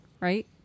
right